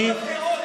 זה לא מדגרות.